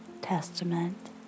Testament